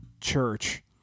church